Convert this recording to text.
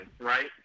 right